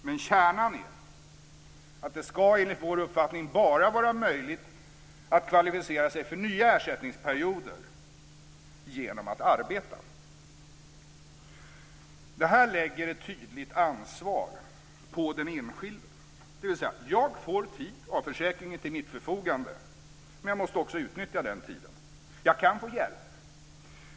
Men enligt vår uppfattning är kärnan att det bara ska vara möjligt att kvalificera sig för nya ersättningsperioder genom att arbeta. Detta lägger ett tydligt ansvar på den enskilde. Jag får tid av försäkringen till mitt förfogande, men jag måste också utnyttja den tiden. Jag kan få hjälp.